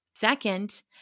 Second